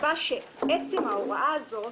נקבע שעצם ההוראה הזאת